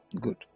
good